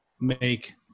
make